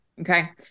Okay